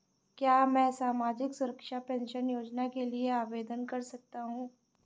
क्या मैं सामाजिक सुरक्षा पेंशन योजना के लिए आवेदन कर सकता हूँ?